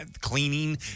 cleaning